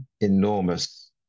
enormous